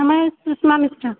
हमर सुषमा मिश्रा